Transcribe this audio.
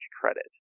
credit